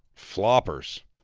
floppers.